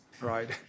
right